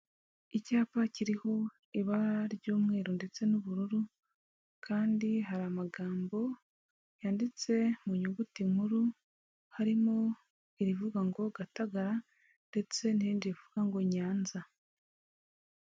Icyapa kiriho ibara ry'umweru ndetse n'ubururu, kandi hari amagambo yanditse mu nyuguti nkuru; harimo irivuga ngo Gatagara ndetse n'irindi rivuga ngo Nyanza.